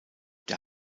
der